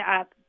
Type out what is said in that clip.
up